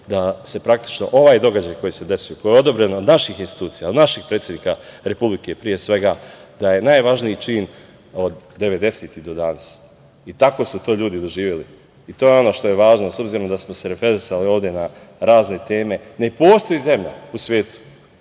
da se praktično ovaj događaj koji se desio, koji je odobren od naših institucija, od našeg predsednika republike, pre svega da je najvažniji čin od devedesetih do danas. Tako su to ljudi doživeli i to je ono što je važno, s obzirom da smo se referisali ovde na razne teme, ne postoji zemlja u svetu,